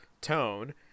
tone